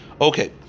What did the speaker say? Okay